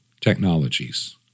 technologies